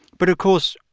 but of course,